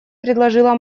предложила